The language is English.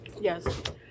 yes